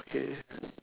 okay